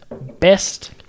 best